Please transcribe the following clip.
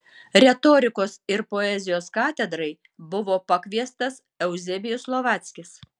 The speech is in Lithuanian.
retorikos ir poezijos katedrai buvo pakviestas euzebijus slovackis